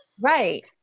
Right